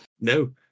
No